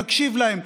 נקשיב להם.